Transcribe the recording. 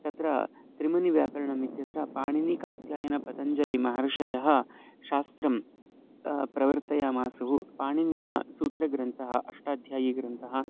तत्र त्रिमुनिव्याकरणम् इत्यत्र पाणिनीकात्यायनपतञ्जलिमहर्षयः शास्त्रं प्रवृत्तयामासुः पाणिनेः सूत्रग्रन्थः अष्टाध्यायी ग्रन्थः